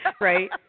Right